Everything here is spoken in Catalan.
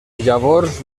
llavors